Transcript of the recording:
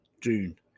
June